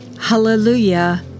Hallelujah